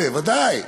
הוא אמר את זה, ודאי.